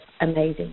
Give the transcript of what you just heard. amazing